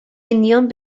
union